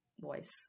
voice